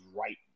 right